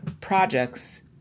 projects